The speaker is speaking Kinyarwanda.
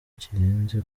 kirenze